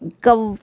कव्व